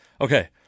Okay